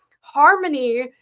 harmony